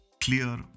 clear